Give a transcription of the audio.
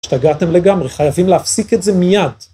השתגעתם לגמרי, חייבים להפסיק את זה מיד.